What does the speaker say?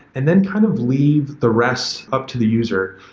and then kind of leave the rest up to the user.